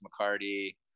mccarty